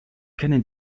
kennen